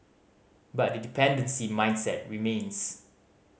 but the dependency mindset remains